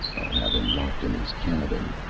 i'll have him locked in his cabin,